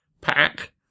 pack